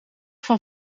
van